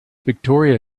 victoria